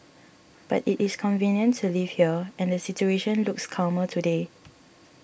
but it is convenient to live here and the situation looks calmer today